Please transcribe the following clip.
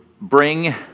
bring